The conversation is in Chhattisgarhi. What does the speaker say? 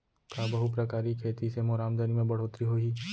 का बहुप्रकारिय खेती से मोर आमदनी म बढ़होत्तरी होही?